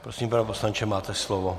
Prosím, pane poslanče, máte slovo.